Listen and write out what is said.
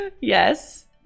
Yes